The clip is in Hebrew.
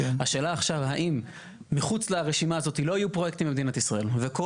השאלה עכשיו האם מחוץ לרשימה הזאת לא יהיו פרויקטים במדינת ישראל וכל